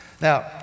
Now